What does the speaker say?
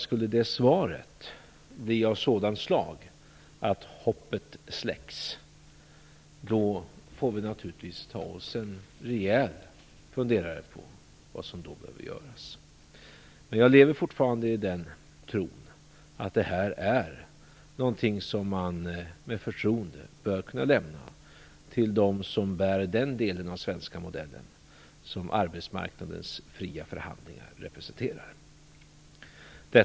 Skulle svaret vara av sådant slag att hoppet släcks, får vi naturligtvis ta oss en rejäl funderare över vad som behöver göras. Men jag lever fortfarande i tron att det här är något som man med förtroende bör kunna lämna till dem som bär den del av den svenska modellen som arbetsmarknadens fria förhandlingar representerar.